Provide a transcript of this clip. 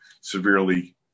severely